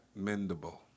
mendable